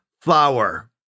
flower